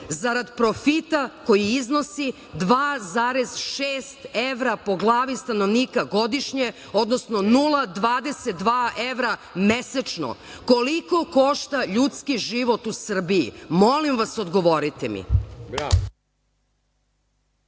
zarad profita koji iznosi 2,6 evra po glavi stanovnika godišnje, odnosno 0,22 evra mesečno? Koliko košta ljudski život u Srbiji? Molim vas, odgovorite mi.